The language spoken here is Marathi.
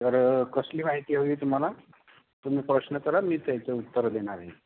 तर कसली माहिती हवी आहे तुम्हाला तुम्ही प्रश्न करा मी त्याचे उत्तरं देणार आहे